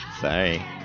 Sorry